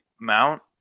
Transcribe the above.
Mount